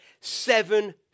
seven